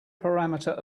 parameter